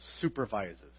supervises